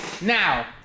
now